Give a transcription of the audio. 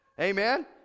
Amen